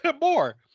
More